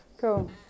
Cool